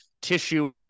tissue